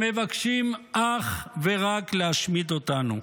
הם מבקשים אך ורק להשמיד אותנו.